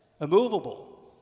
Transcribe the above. immovable